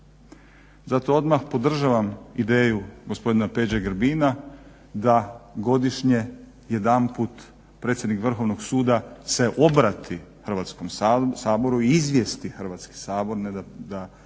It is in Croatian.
Zato odmah podržavam ideju gospodina Peđe Grbina da godišnje jedanput predsjednik Vrhovnog suda se obrati Hrvatskom saboru i izvijesti Hrvatski sabor, ne da